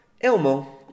Elmo